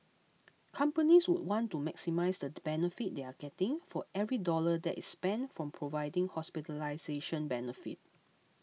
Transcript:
companies would want to maximise the benefit they are getting for every dollar that is spent from providing hospitalisation benefit